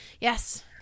Yes